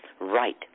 Right